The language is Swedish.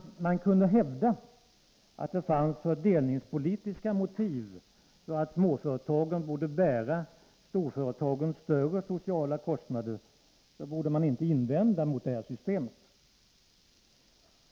Om man kunde hävda att det fanns fördelningspolitiska motiv för att småföretagen borde bära storföretagens större sociala kostnader, borde man inte invända mot systemet.